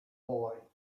boy